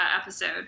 episode